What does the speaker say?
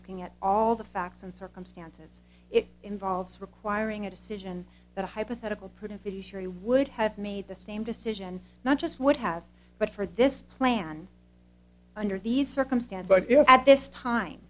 looking at all the facts and circumstances it involves requiring a decision that a hypothetical printer fishery would have made the same decision not just would have but for this plan under these circumstances if at this time